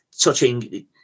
touching